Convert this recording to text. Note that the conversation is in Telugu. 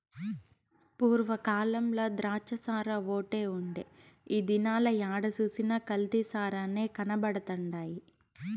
పూర్వ కాలంల ద్రాచ్చసారాఓటే ఉండే ఈ దినాల ఏడ సూసినా కల్తీ సారనే కనబడతండాది